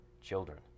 children